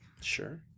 Sure